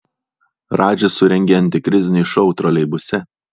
radžis surengė antikrizinį šou troleibuse